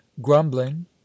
grumbling